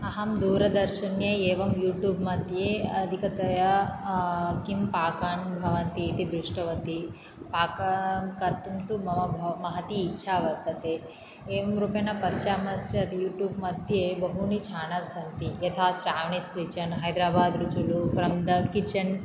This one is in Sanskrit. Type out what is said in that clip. अहं दूरदर्शने एवं यूट्यूब् मध्ये अधिकतया किं पाकानि भवति इति दृष्टवती पाकं कर्तुं तु मम मह् महती इच्छा वर्तते एवं रूपेण पश्यामश्चेत् यूट्यूब् मध्ये बहूनि चेनल्स् सन्ति यथा Shravani's kitchen Hyderabad Ruchulu from the kitchen